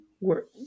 Work